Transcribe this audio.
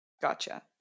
Gotcha